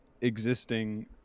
existing